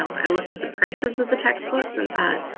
i looked at the prices of the textbooks and thought,